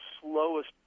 slowest